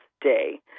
day